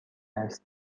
است